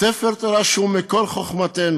ספר תורה שהוא מקור חוכמתנו,